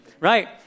right